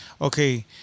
okay